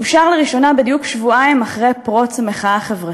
אושר לראשונה בדיוק שבועיים אחרי פרוץ המחאה החברתית.